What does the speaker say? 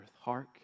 Hark